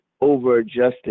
over-adjusted